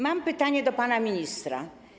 Mam pytanie do pana ministra.